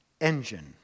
engine